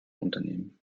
unternehmen